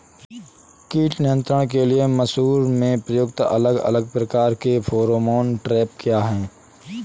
कीट नियंत्रण के लिए मसूर में प्रयुक्त अलग अलग प्रकार के फेरोमोन ट्रैप क्या है?